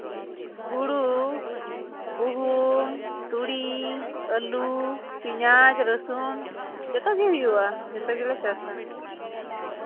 ᱦᱳᱲᱳ ᱜᱩᱦᱩᱢ ᱛᱩᱲᱤ ᱟᱹᱞᱩ ᱯᱮᱸᱭᱟᱡᱽ ᱨᱟᱹᱥᱩᱱ ᱡᱚᱛᱚᱜᱮ ᱦᱩᱭᱩᱜᱼᱟ ᱡᱚᱛᱚ ᱜᱮᱞᱮ ᱪᱟᱥᱼᱟ